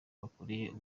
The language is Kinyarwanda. bakoreye